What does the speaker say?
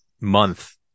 month